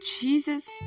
Jesus